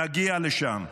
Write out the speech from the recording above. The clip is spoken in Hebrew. נגיע לשם.